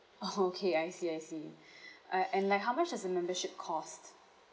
oh okay I see I see uh and like how much does the membership cost